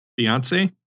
Beyonce